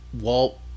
walt